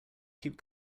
keep